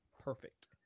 perfect